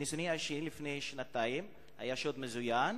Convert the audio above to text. לפני שנתיים היה שוד מזוין,